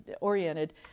oriented